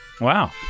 Wow